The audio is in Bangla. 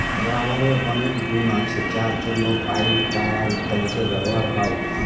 রাবারের অনেক গুন আছে যার জন্য পাইপ, টায়ার ইত্যাদিতে ব্যবহার হয়